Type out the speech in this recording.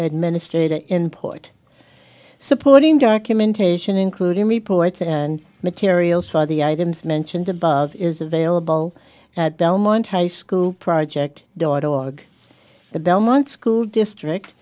administrator in port supporting documentation including reports and materials for the items mentioned above is available at belmont high school project dot org the belmont school district